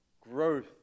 growth